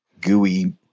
gooey